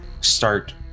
start